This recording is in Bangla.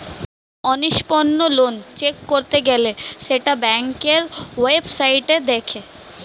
অনিষ্পন্ন লোন চেক করতে গেলে সেটা ব্যাংকের ওয়েবসাইটে দেখে